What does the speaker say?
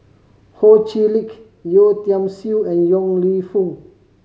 Ho Chee Lick Yeo Tiam Siew and Yong Lew Foong